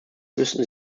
wüssten